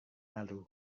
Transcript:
lalu